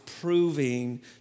proving